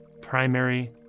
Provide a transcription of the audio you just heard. primary